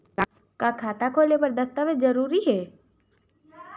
का खाता खोले बर दस्तावेज जरूरी हे?